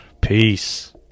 Peace